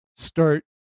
start